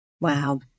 Wow